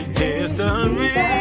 history